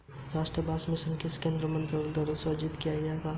राष्ट्रीय बांस मिशन किस केंद्रीय मंत्रालय द्वारा कार्यान्वित किया जाता है?